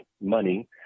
money